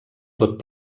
tot